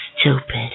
stupid